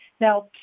Now